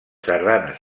sardanes